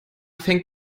fängt